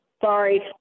Sorry